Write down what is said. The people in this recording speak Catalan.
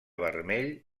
vermell